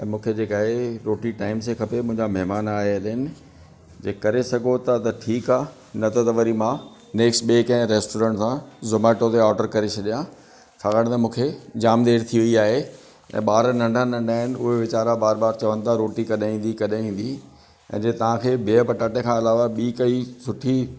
ऐं मूंखे जेका आहे रोटी टाइम से खपे मुंहिंजा महिमान आयल आहिनि जे करे सघो था त ठीकु आहे नत त वरी मां नैक्स्ट ॿे कंहिं रैस्टोरैंट सां ज़ोमैटो ते ऑडर करे छॾियां छाकाणि त मूंखे जाम देरि थी वई आहे त ॿार नंढा नंढा आहिनि उहे वीचारा बार बार चवनि था रोटी कॾहिं ईंदी कॾहिं ईंदी ऐं जीअं तव्हांखे बीह पटाटे खां अलावा ॿी काई सुठी